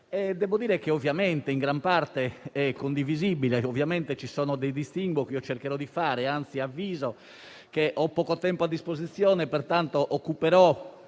devo dire che in gran parte è condivisibile. Ovviamente ci sono dei distinguo che io cercherò di fare. Anzi, avviso che, avendo poco tempo a disposizione, occuperò